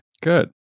Good